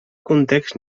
context